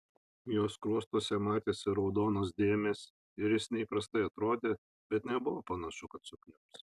jo skruostuose matėsi raudonos dėmės ir jis neįprastai atrodė bet nebuvo panašu kad sukniubs